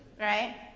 Right